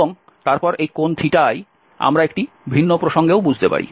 এবং তারপর এই কোণ i আমরা একটি ভিন্ন প্রসঙ্গেও বুঝতে পারি